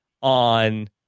on